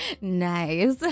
Nice